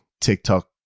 TikTok